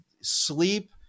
sleep